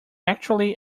actually